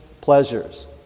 pleasures